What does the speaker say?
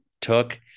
took